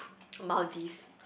Maldives